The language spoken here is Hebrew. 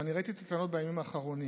ואני ראיתי את הטענות בימים האחרונים,